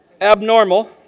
Abnormal